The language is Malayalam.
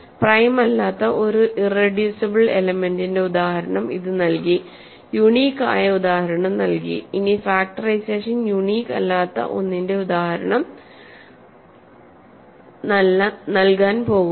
പ്രൈം അല്ലാത്ത ഒരു ഇറെഡ്യൂസിബിൾ എലെമെന്റ്സ്സിന്റെ ഒരു ഉദാഹരണം ഇത് നൽകി യുണീക് ആയ ഉദാഹരണം നൽകിഇനി ഫാക്ടറൈസേഷൻ യുണീക് അല്ലാത്ത ഒന്നിന്റെ ഒരു ഉദാഹരണം നൽകാൻ പോകുന്നു